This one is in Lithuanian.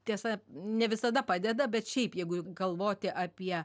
tiesa ne visada padeda bet šiaip jeigu galvoti apie